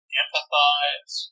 empathize